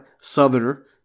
Southerner